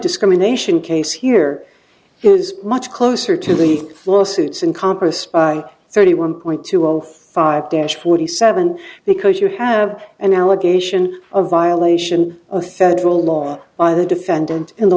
discrimination case here is much closer to the lawsuits in congress by thirty one point two zero five dash forty seven because you have an allegation of violation of federal law by the defendant in the